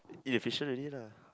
inefficient already lah